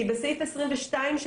כי בסעיף 22,